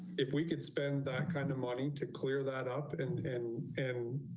if we could spend that kind of money to clear that up and and and